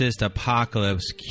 Apocalypse